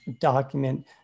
document